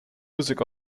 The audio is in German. music